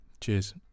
cheers